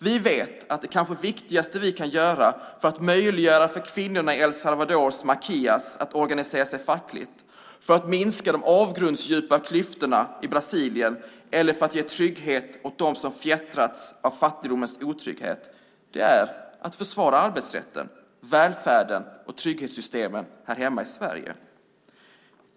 Vi vet att det kanske viktigaste vi kan göra för att möjliggöra för kvinnorna i El Salvadors maquillas att organisera sig fackligt, för att minska de avgrundsdjupa klassklyftorna i Brasilien och för att ge trygghet åt dem som fjättrats av fattigdomens otrygghet, är att försvara arbetsrätten, välfärden och trygghetssystemen här hemma i Sverige.